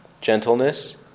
gentleness